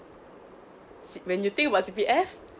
when you think about C_P_F